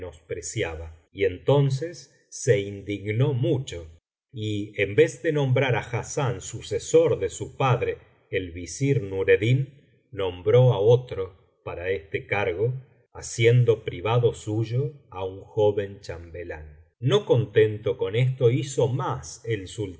menospreciaba y entonces se indignó mucho y en vez de nombrar á hassán sucesor ele su padre el visir nureddin nombró á otro para este cargo haciendo privado suyo á un joven chambelán no contento con esto hizo más el